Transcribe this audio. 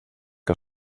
que